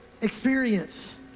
experience